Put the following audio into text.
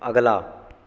ਅਗਲਾ